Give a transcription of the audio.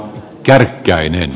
kärkkäinen